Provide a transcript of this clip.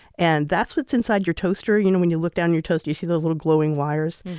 and that's what's inside your toaster, you know when you look down your toaster you see those little glowing wires.